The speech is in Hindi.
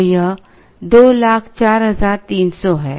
तो यह 204300 है